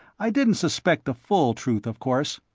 i didn't suspect the full truth, of course.